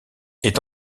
est